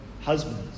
Husbands